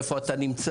איפה אתה נמצא,